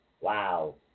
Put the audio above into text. Wow